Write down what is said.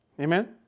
Amen